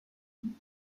dame